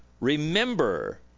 remember